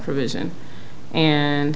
provision and